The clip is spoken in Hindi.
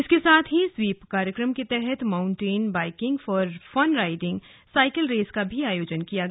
इसके साथ ही स्वीप कार्यक्रम के तहत mountain biking for fun riding cycle race का भी आयोजन किया गया